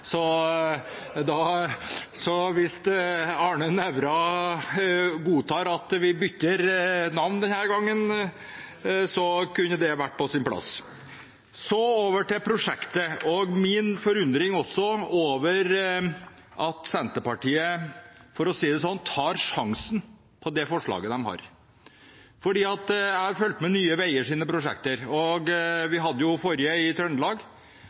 Så over til prosjektet og min forundring over at Senterpartiet tar sjansen – for å si det slik – på det forslaget de har. Jeg har fulgt med på Nye Veiers prosjekter. Det forrige hadde vi jo i Trøndelag.